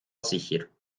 sicher